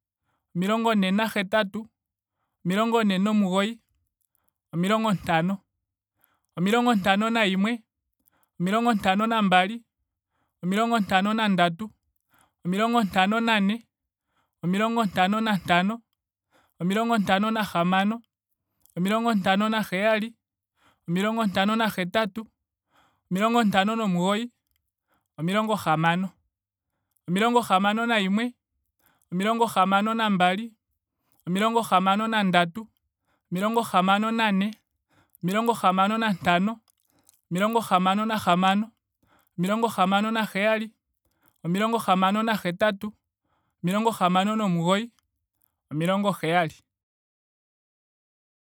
Omilongo ne na hetatu. omilongo ne nomugoyi. omilongo ntano. omilongo ntano nayimwe. omilongo ntano na mbali. omilongo ntano na ndatu. omilongo na ne. omilongo ntano na ntano. omilongo ntano na hamano. omilongo ntano na heyali. omilongo ntano na hetatu. omilongo ntano nomugoyi,. Omilongo hamano na hamano. omilongo hamano na heyali. omilongo hamano na hetatu. omilongo hamano nomugoyi. omilongo heyali